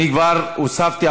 כבר הוספתי.